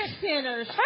sinners